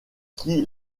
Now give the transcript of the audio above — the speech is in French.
qui